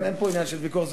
כן, אין פה עניין של ויכוח.